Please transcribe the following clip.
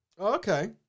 Okay